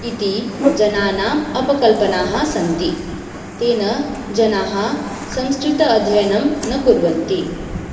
इति जनानाम् अपकल्पनाः सन्ति तेन जनाः संस्कृत अध्ययनं न कुर्वन्ति